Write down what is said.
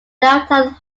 downtown